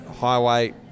Highway